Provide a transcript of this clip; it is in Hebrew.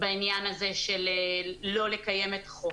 בעניין הזה של לא לקיים את החוק.